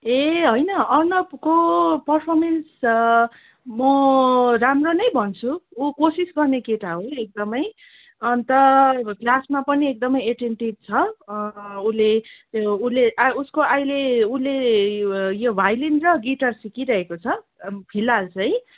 ए होइन अर्नवको पर्फर्मेन्स म राम्रो नै भन्छु ऊ कोसिस गर्ने केटा हो एकदमै अन्त अब क्लासमा पनि एकदमै एटेन्टिभ छ उसले उसले उसको अहिले उसले यो भायोलिन र गिटार सिकिरहेको छ फिलहाल चाहिँ